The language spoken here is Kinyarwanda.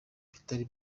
bitari